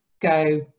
go